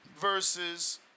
versus